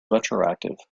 retroactive